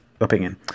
opinion